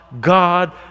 God